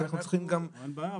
אין בעיה.